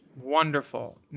wonderful